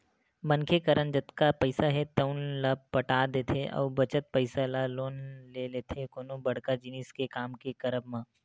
मनखे करन जतका पइसा हे तउन ल पटा देथे अउ बचत पइसा के लोन ले लेथे कोनो बड़का जिनिस के काम के करब म